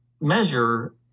measure